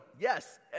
Yes